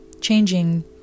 Changing